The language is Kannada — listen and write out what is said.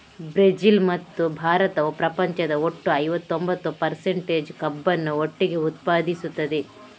ಬ್ರೆಜಿಲ್ ಮತ್ತು ಭಾರತವು ಪ್ರಪಂಚದ ಒಟ್ಟು ಐವತ್ತೊಂಬತ್ತು ಪರ್ಸಂಟೇಜ್ ಕಬ್ಬನ್ನು ಒಟ್ಟಿಗೆ ಉತ್ಪಾದಿಸುತ್ತದೆ